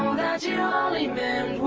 that you only meant